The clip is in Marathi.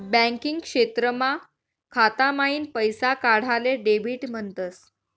बँकिंग क्षेत्रमा खाता माईन पैसा काढाले डेबिट म्हणतस